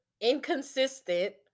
inconsistent